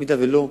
אם לא,